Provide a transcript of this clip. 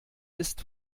ist